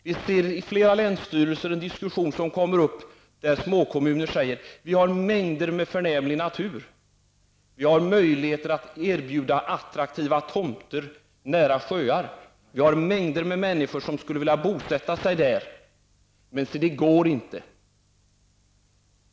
Det förekommer på flera håll en diskussion där småkommuner säger: Vi har mängder med förnämlig natur, vi har möjligheter att erbjuda attraktiva tomter nära sjöar, och det finns mängder av människor som vill bosätta sig där, men det går inte.